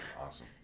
Awesome